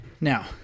Now